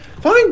fine